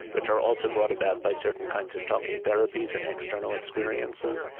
which are also brought about by certain kinds of talking therapies and external experiences.